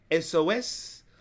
SOS